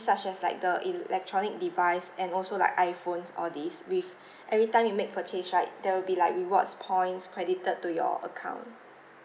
such as like the electronic device and also like iphones all these with every time you make purchase right there will be like rewards points credited to your account